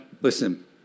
Listen